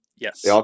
Yes